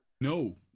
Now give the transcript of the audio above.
No